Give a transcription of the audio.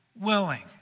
willing